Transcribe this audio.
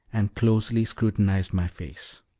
and closely scrutinized my face.